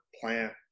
plant